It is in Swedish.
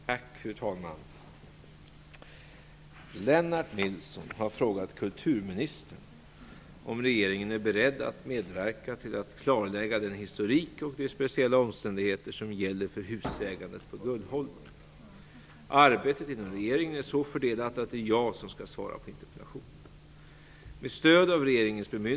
Fru talman! Lennart Nilsson har frågat kulturministern om regeringen är beredd att medverka till att klarlägga den historik och de speciella omständigheter som gäller för husägandet på Gullholmen. Arbetet inom regeringen är så fördelat att det är jag som skall svara på interpellationen.